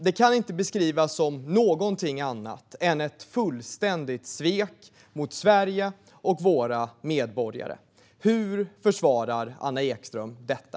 Detta kan inte beskrivas som någonting annat än ett fullständigt svek mot Sverige och våra medborgare. Hur försvarar Anna Ekström detta?